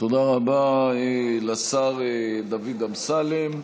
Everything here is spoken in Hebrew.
תודה רבה לשר דוד אמסלם.